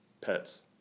pets